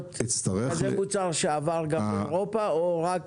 זה מוצר שעבר גם באירופה או רק